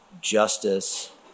justice